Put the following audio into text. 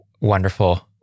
wonderful